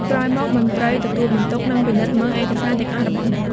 ក្រោយមកមន្ត្រីទទួលបន្ទុកនឹងពិនិត្យមើលឯកសារទាំងអស់របស់អ្នក។